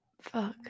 Fuck